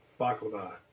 Baklava